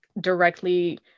directly